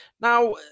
Now